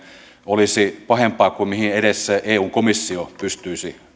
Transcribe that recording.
olisi pahempaa kuin mihin edes eun komissio pystyisi